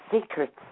secrets